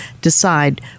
decide